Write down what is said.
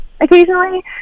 occasionally